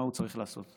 מה הוא צריך לעשות.